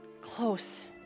close